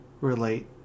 relate